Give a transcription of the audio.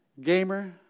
Gamer